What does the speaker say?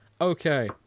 Okay